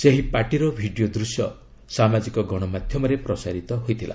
ସେହି ପାର୍ଟିର ଭିଡ଼ିଓ ଦୂଶ୍ୟ ସାମାଜିକ ଗଣମାଧ୍ୟମରେ ପ୍ରସାରିତ ହୋଇଥିଲା